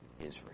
Israel